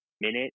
minute